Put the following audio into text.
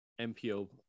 MPO